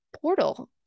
portal